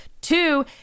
Two